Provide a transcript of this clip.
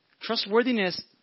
Trustworthiness